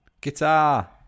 Guitar